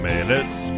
Minutes